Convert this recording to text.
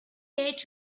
eight